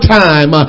time